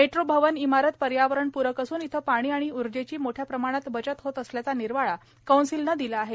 metro भवन इमारत पर्यावरणपूरक असून येथे पाणी आणि ऊर्जेची मोठ्या प्रमाणात बचत होत असल्याचा निर्वाळा कौन्सिलने दिला आहे